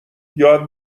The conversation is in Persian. یاد